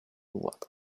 what